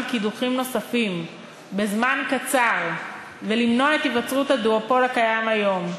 קידוחים נוספים בזמן קצר ולמנוע את היווצרות הדואופול הקיים היום.